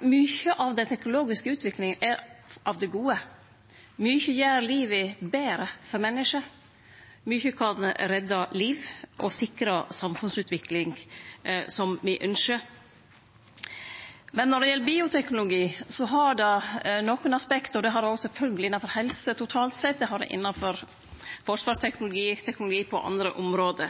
Mykje av den teknologiske utviklinga er av det gode. Mykje gjer livet betre for menneske. Mykje kan redde liv og sikre ei samfunnsutvikling som me ønskjer. Men når det gjeld bioteknologi, har det nokre aspekt. Det har det sjølvsagt òg innanfor helse totalt sett. Det har det innanfor forsvarsteknologi og teknologi på andre område,